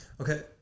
Okay